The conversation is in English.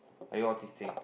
are you autistic